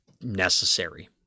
necessary